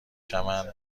شوند